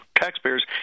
taxpayers